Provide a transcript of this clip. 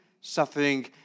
suffering